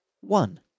One